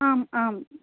आम् आम्